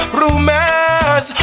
rumors